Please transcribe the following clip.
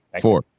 Four